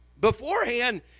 beforehand